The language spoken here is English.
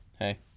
Hey